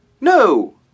No